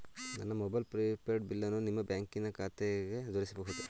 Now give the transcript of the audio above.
ನನ್ನ mobile prepaid ಬಿಲ್ಲನ್ನು ನಿಮ್ಮ ಬ್ಯಾಂಕಿನ ನನ್ನ ಖಾತೆಗೆ ಜೋಡಿಸಬಹುದೇ?